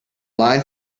line